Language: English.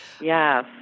Yes